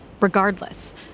regardless